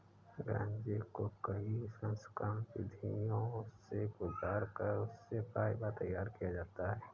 गांजे को कई संस्करण विधियों से गुजार कर उससे फाइबर तैयार किया जाता है